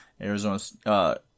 Arizona